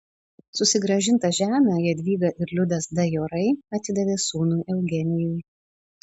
susigrąžintą žemę jadvyga ir liudas dajorai atidavė sūnui eugenijui